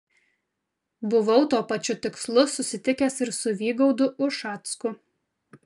buvau tuo pačiu tikslu susitikęs ir su vygaudu ušacku